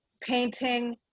painting